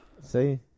See